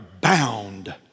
bound